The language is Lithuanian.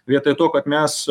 vietoj to kad mes